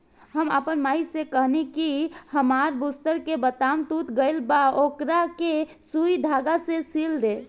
हम आपन माई से कहनी कि हामार बूस्टर के बटाम टूट गइल बा ओकरा के सुई धागा से सिल दे